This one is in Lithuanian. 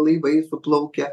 laivai suplaukia